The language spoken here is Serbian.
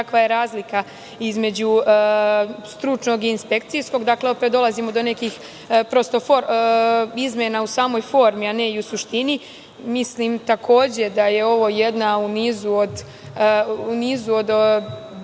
kakva je razlika između stručnog i inspekcijskog. Dakle opet dolazimo do nekih izmena u samoj formi, a ne i u suštini. Takođe, mislim da je ovo jedna u nizu od